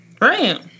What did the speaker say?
Right